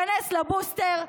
כנס לבוסטר,